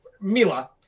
Mila